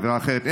עבירה אחרת,